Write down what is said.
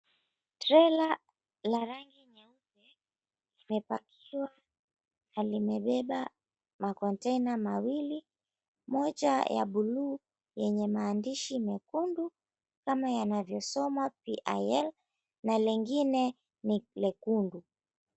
Trela la rangi nyeusi imepakiwa na limebeba makonteina mawili moja ya buluu yenye maandishi mekundu kama yanavyosoma, P.I.L, na lengine ni lekundu.